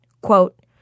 quote